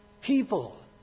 people